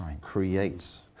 creates